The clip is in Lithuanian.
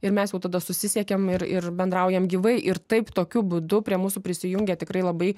ir mes jau tada susisiekėm ir ir bendraujam gyvai ir taip tokiu būdu prie mūsų prisijungė tikrai labai